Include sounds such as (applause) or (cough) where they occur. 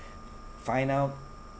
(breath) find out